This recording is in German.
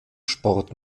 sport